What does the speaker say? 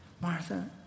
Martha